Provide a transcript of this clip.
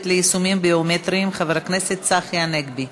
ליישומים ביומטריים חבר הכנסת צחי הנגבי.